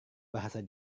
bahasa